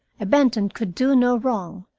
a benton could do no wrong,